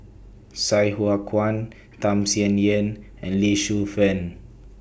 Sai Hua Kuan Tham Sien Yen and Lee Shu Fen